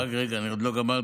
רק רגע, אני עוד לא גמרתי.